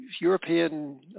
European